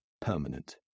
permanent